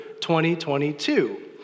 2022